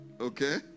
Okay